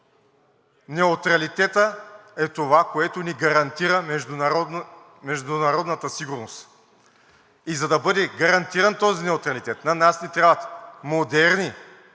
неутралитетът е това, което ни гарантира международната сигурност. И за да бъде гарантиран този неутралитет, на нас ни трябват модерни